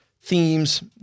themes